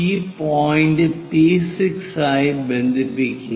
ഈ point P6 ആയി ബന്ധിപ്പിക്കുക